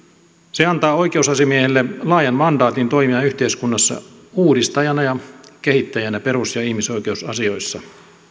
se antaa oikeusasiamiehelle laajan mandaatin toimia yhteiskunnassa uudistajana ja kehittäjänä perus ja ihmisoikeusasioissa